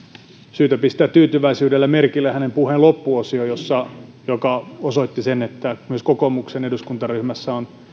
syytä pistää tyytyväisyydellä merkille hänen puheensa loppuosio joka osoitti sen että myös kokoomuksen eduskuntaryhmässä on